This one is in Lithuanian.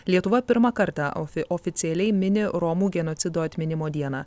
lietuva pirmą kartą ofi oficialiai mini romų genocido atminimo dieną